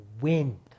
Wind